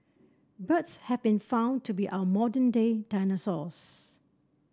birds have been found to be our modern day dinosaurs